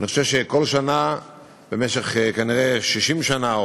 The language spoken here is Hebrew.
אני חושב שכל שנה במשך כנראה 60 שנה,